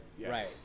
Right